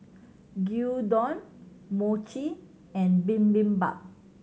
Gyudon Mochi and Bibimbap